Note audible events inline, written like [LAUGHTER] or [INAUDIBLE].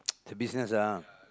[NOISE] the business ah